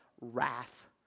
wrath